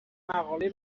مقالهای